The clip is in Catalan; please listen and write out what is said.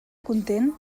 content